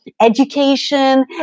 education